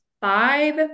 five